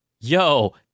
Yo